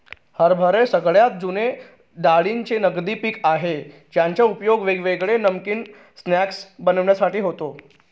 हरभरे सगळ्यात जुने डाळींचे नगदी पिक आहे ज्याचा उपयोग वेगवेगळे नमकीन स्नाय्क्स बनविण्यासाठी होतो